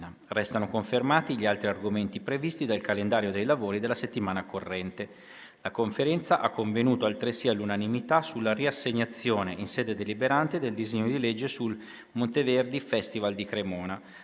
Restano confermati gli altri argomenti previsti dal calendario dei lavori della settimana corrente. La Conferenza ha convenuto altresì all'unanimità sulla riassegnazione in sede deliberante del disegno di legge sul Monteverdi Festival di Cremona.